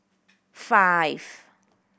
five